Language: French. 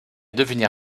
devenir